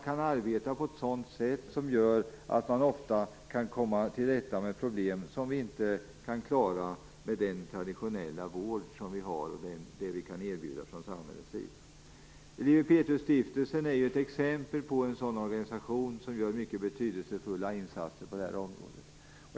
De arbetar på ett sådant sätt att de ofta kan komma till rätta med problem som vi inte kan klara med den traditionella vård som vi kan erbjuda från samhällets sida. Lewi Pethrus Stiftelse är ett exempel på en sådan organisation som gör mycket betydelsefulla insatser på det här området.